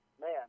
Man